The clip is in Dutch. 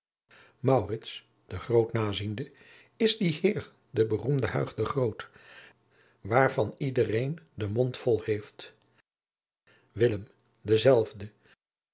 naziende is die heer de beroemde huig de groot waarvan ieder een den mond vol heeft willem dezelfde